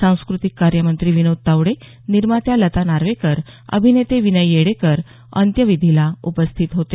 सांस्कृतिक कार्यमंत्री विनोद तावडे निर्मात्या लता नार्वेकर अभिनेते विनय येडेकर अंत्यविधीला उपस्थित होते